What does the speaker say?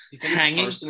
hanging